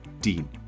Dean